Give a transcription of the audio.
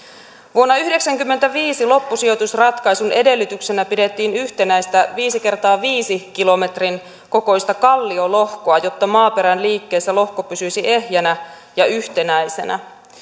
vuonna yhdeksänkymmentäviisi loppusijoitusratkaisun edellytyksenä pidettiin yhtenäistä viisi x viiden kilometrin kokoista kalliolohkoa jotta maaperän liikkeessä lohko pysyisi ehjänä ja yhtenäisenä